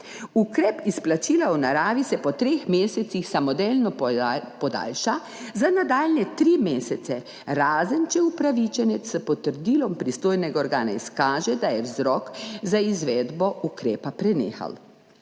Ukrep izplačila v naravi se po treh mesecih samodejno podaljša za nadaljnje tri mesece, razen če upravičenec s potrdilom pristojnega organa izkaže, da je vzrok za izvedbo ukrepa prenehal.